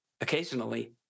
occasionally